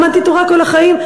למדתי תורה כל החיים,